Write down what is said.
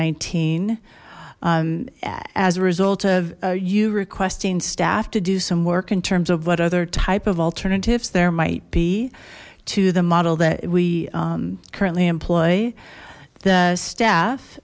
nineteen as a result of you requesting staff to do some work in terms of what other type of alternatives there might be to the model that we currently employ the staff